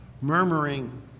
Murmuring